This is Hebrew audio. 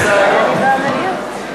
אמצע היום,